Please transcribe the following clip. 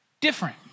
Different